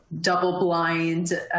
double-blind